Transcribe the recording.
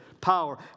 power